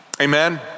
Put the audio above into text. Amen